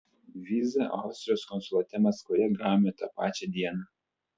vizą austrijos konsulate maskvoje gavome tą pačią dieną